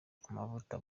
amavuta